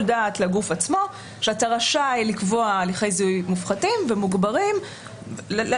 דעת לגוף עצמו שאתה רשאי לקבוע הליכי זיהוי מופחתים ומוגברים לבנק.